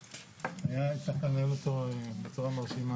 הצלחת לנהל אותו בצורה מרשימה,